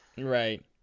Right